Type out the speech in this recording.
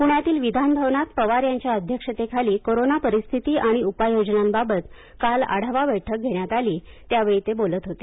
पृण्यातील विधानभवन पवार यांच्या अध्यक्षतेखाली कोरोना परिस्थिती आणि उपाययोजनाबाबत काल आढावा बेठक घेण्यात आली यावेळी ते बोलत होते